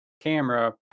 camera